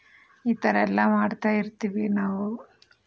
ಈ ಥರ ಎಲ್ಲ ಮಾಡ್ತಾ ಇರ್ತೀವಿ ನಾವು